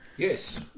Yes